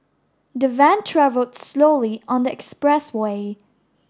the van travelled slowly on the expressway